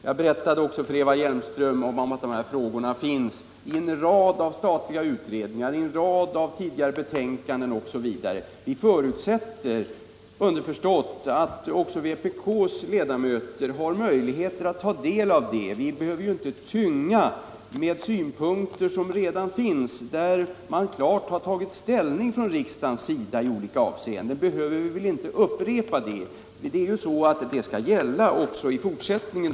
Jag berättade också för Eva Hjelmström att motionens sakinnehåll har behandlats bl.a. i en rad statliga utredningsbetänkanden. Vi förutsätter underförstått att också vpk:s ledamöter har möjlighet att studera detta material. Vi menar att framställningen inte behöver tyngas med upprepningar av synpunkter som finns redovisade och som riksdagen klart har tagit ställning till i olika avseenden. De överväganden som gjorts och de beslut som är fattade i dessa fall skall gälla också i fortsättningen.